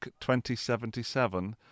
2077